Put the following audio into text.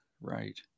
Right